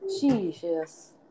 Jesus